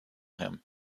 him